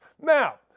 Now